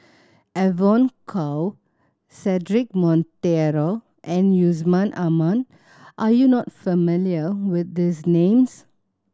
Evon Kow Cedric Monteiro and Yusman Aman are you not familiar with these names